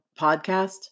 podcast